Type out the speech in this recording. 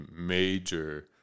major